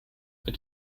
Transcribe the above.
mit